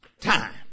time